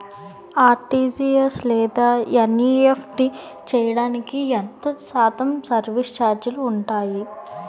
RTGS లేదా NEFT చేయడానికి ఎంత శాతం సర్విస్ ఛార్జీలు ఉంటాయి?